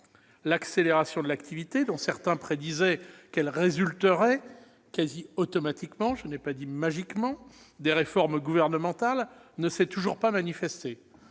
L'accélération de l'activité, dont certains prédisaient qu'elle résulterait quasi automatiquement- je n'ai pas dit magiquement -des réformes gouvernementales, ne s'est toujours pas manifestée